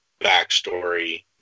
backstory